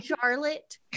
Charlotte